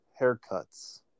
haircuts